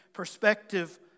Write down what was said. perspective